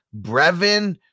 Brevin